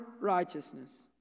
righteousness